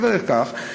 מעבר לכך,